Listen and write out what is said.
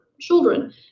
children